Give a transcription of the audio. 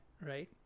right